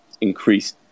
increase